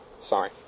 sorry